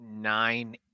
nine